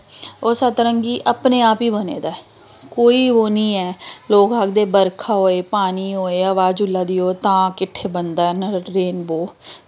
ओह् सत्त रंगी अपने आप ई बने दा ऐ कोई ओह् निं ऐ लोग आखदे बरखा होए पानी होए हवा चुल्ला दी होए तां किट्ठे बनदा ऐ मतलब रेनबो